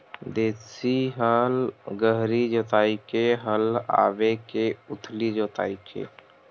देशी हल गहरी जोताई के हल आवे के उथली जोताई के?